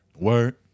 Word